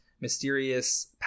Mysterious